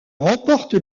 remporte